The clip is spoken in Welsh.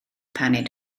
paned